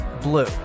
blue